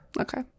okay